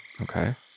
okay